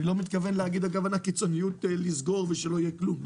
ואני לא מתכוון להגיד אגב על הקיצוניות לסגור ושלא יהיה כלום,